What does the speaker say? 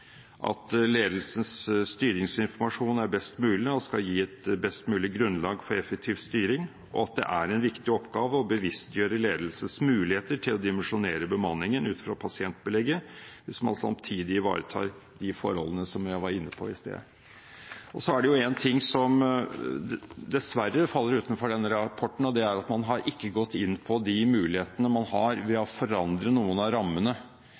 ledelsens styringsinformasjon er best mulig og skal gi et best mulig grunnlag for effektiv styring, og at det er en viktig oppgave å bevisstgjøre ledelsens muligheter til å dimensjonere bemanningen ut fra pasientbelegget, hvis man samtidig ivaretar de forholdene som jeg var inne på i sted. Det er en ting som dessverre faller utenfor denne rapporten, og det er at man ikke har gått inn på de mulighetene man har ved å forandre noen av rammene,